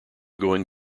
going